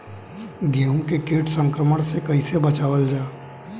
गेहूँ के कीट संक्रमण से कइसे बचावल जा?